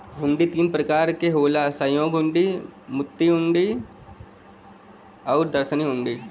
हुंडी तीन प्रकार क होला सहयोग हुंडी, मुद्दती हुंडी आउर दर्शनी हुंडी